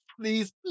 please